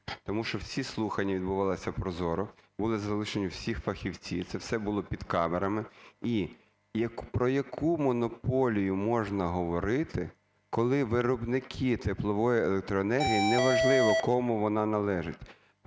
Тому що всі слухання відбувалися прозоро, були залучені всі фахівці, це все було під камерами. І про яку монополію можна говорити, коли виробники теплової електроенергії, неважливо, кому вона належить,